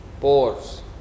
pores